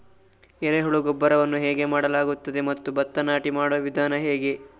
ಎರೆಹುಳು ಗೊಬ್ಬರವನ್ನು ಹೇಗೆ ಮಾಡಲಾಗುತ್ತದೆ ಮತ್ತು ಭತ್ತ ನಾಟಿ ಮಾಡುವ ವಿಧಾನ ಹೇಗೆ?